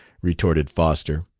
retorted foster.